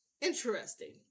interesting